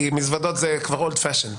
כי מזוודות כי זה כבר מיושן.